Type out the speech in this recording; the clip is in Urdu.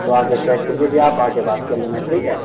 تو آ کے چیک کر لیجیے آپ آ کے بات کر لینا ٹھیک ہے